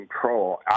control